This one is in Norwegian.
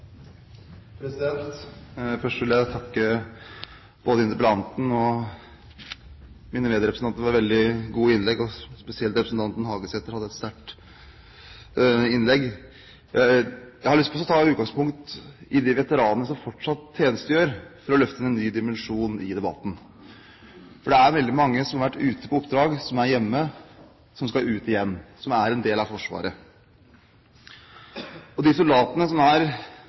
Først vil jeg takke både interpellanten og mine medrepresentanter for veldig gode innlegg. Spesielt representanten Hagesæter hadde et sterkt innlegg. Jeg har lyst til å ta utgangspunkt i de veteranene som fortsatt tjenestegjør, for å løfte en ny dimensjon i debatten, for det er veldig mange som har vært ute på oppdrag, som er hjemme, som skal ut igjen, og som er en del av Forsvaret. De soldatene som er